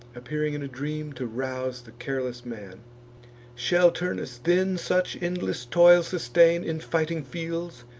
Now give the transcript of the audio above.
appearing in a dream, to rouse the careless man shall turnus then such endless toil sustain in fighting fields,